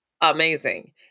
amazing